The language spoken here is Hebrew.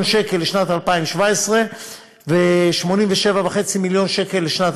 מיליון שקל לשנת 2017 ו-87.5 מיליון שקל לשנת